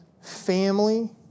family